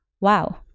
Wow